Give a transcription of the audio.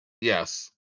Yes